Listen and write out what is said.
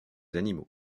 animaux